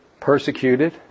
persecuted